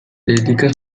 dedica